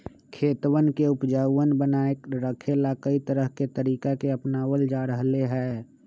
खेतवन के उपजाऊपन बनाए रखे ला, कई तरह के तरीका के अपनावल जा रहले है